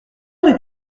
heure